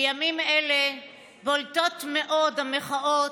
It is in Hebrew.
בימים אלה בולטות מאוד המחאות,